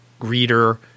greeter